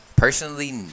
personally